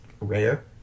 rare